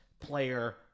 player